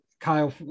Kyle